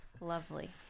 Lovely